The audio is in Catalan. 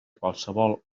qualsevol